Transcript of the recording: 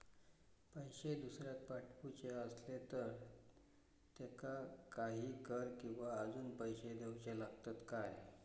पैशे दुसऱ्याक पाठवूचे आसले तर त्याका काही कर किवा अजून पैशे देऊचे लागतत काय?